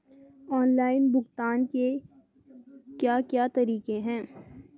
Online भुगतान के क्या क्या तरीके हैं?